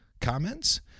comments